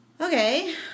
Okay